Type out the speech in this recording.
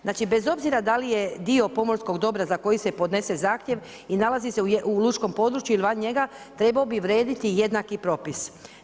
Znači bez obzira da li je dio pomorskog dobra za koji se podnese zahtjev i nalazi se u lučkom području ili van njega, trebao bi vrijediti jednaki propis.